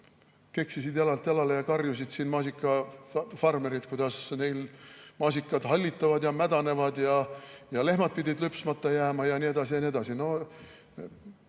keksisid jalalt jalale ja karjusid, kuidas neil maasikad hallitavad ja mädanevad, ja lehmad pidid lüpsmata jääma ja nii edasi ja nii edasi.